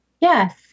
Yes